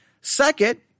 Second